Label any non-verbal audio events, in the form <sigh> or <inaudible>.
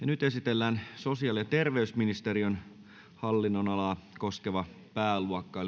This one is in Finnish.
<unintelligible> nyt esitellään sosiaali ja terveysministeriön hallinnonalaa koskeva pääluokka <unintelligible>